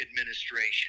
administration